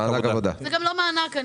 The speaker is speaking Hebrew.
זה גם לא מענק.